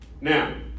Now